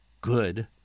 good